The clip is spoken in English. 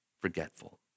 forgetful